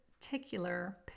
particular